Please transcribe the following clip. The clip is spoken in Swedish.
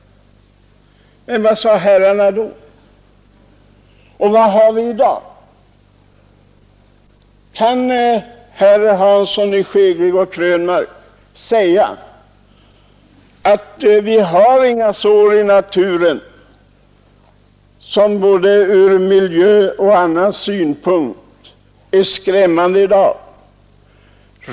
Men vad sade herrarna då? Och vad har vi i dag? Kan herrar Hansson i Skegrie och Krönmark säga att vi inte har några sår i naturen som ur både miljöoch annan synpunkt är skrämmande i dag?